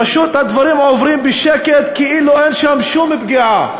פשוט הדברים עוברים בשקט, כאילו אין שם שום פגיעה.